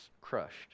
Crushed